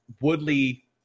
Woodley